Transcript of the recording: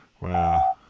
Wow